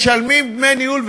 משלמים דמי ניהול,